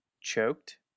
choked